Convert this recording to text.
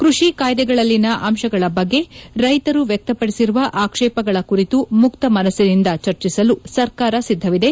ಕ್ಪಡಿ ಕಾಯ್ದೆಗಳಲ್ಲಿನ ಅಂಶಗಳ ಬಗ್ಗೆ ರೈತರು ವ್ಯಕ್ತಪಡಿಸಿರುವ ಆಕ್ಷೇಪಗಳ ಕುರಿತು ಮುಕ್ತ ಮನಸ್ಪಿನಿಂದ ಚರ್ಚಿಸಲು ಸರ್ಕಾರ ಸಿದ್ದವಿದೆ